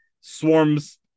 swarms